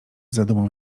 zadumą